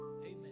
Amen